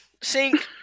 sink